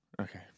Okay